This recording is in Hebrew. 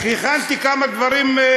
הכנתי כמה דברים.